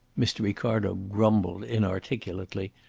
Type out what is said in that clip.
mr. ricardo grumbled inarticulately,